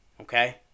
okay